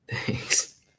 Thanks